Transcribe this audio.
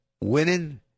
winning